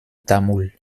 tamoul